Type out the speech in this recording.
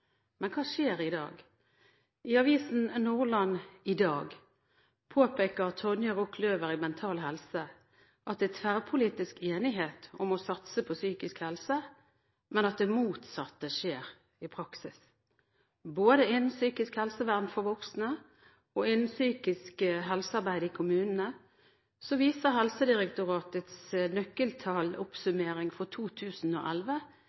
Men hva skjer i dag? I Avisa Nordland i dag påpeker Tonje Rock Løwer i Mental Helse at det er tverrpolitisk enighet om å satse på psykisk helse, men at det motsatte skjer i praksis. Både innen psykisk helsevern for voksne og innen psykisk helsearbeid i kommunene viser Helsedirektoratets